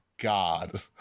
God